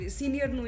senior